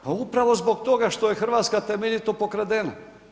Pa upravo zbog toga što je Hrvatska temeljito pokradena.